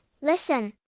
listen